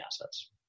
assets